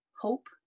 hope